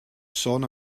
sôn